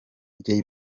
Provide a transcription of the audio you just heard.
jay